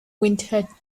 winner